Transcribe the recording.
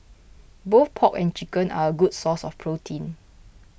both pork and chicken are a good source of protein